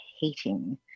hating